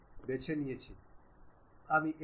isometric জিনিসটি দেখতে এইরকম